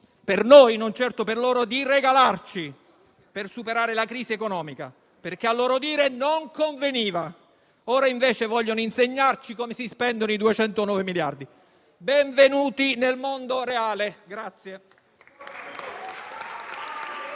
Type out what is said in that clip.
(per noi, non certo per loro) di regalarci per superare la crisi economica, perché a loro dire non conveniva. Ora, invece, vogliono insegnarci come si spendono i 209 miliardi. Benvenuti nel mondo reale!